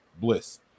bliss